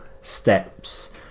steps